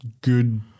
good –